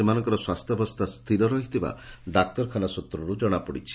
ସେମାନଙ୍କର ସ୍ୱାସ୍ସ୍ୟାବସ୍ସା ସ୍ପିର ରହିଥିବା ଡାକ୍ତରଖାନା ସ୍ପତ୍ରରୁ ଜଶାପଡ଼ିଛି